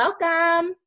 welcome